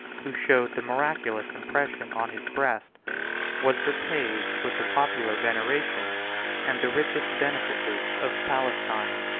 who showed the miraculous impression on his breast was repaid with the popular veneration and the richest benefices of palestine.